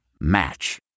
Match